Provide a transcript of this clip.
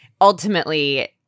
ultimately